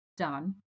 done